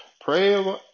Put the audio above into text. pray